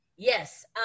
Yes